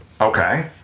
Okay